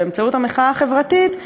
באמצעות המחאה החברתית,